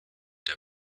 der